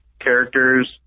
characters